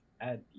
add